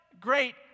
great